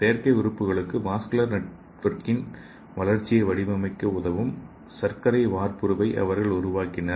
செயற்கை உறுப்புகளுக்கான வாஸ்குலர் நெட்வொர்க்கின் வளர்ச்சியை வடிவமைக்க உதவும் சர்க்கரை வார்ப்புருவை அவர்கள் உருவாக்கினர்